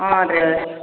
ಹ್ಞೂ ರೀ